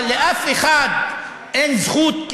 אבל לאף אחד אין זכות,